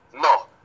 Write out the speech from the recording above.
no